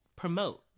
promote